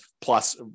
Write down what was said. plus